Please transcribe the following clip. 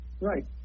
Right